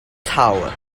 tower